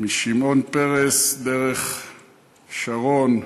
משמעון פרס דרך שרון,